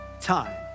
time